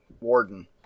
warden